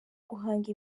guhanga